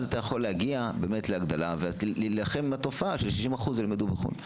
אז אתה יכול להגיע להגדלה ולהילחם בתופעה ש-60% לומדים בחו"ל.